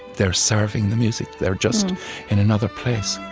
they're serving the music. they're just in another place